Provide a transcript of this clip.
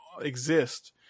exist